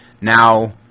now